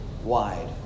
wide